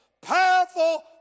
powerful